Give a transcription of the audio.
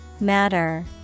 Matter